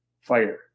fire